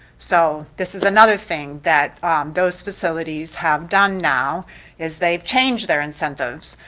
so this is another thing that those facilities have done now is they've changed their incentives.